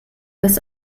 das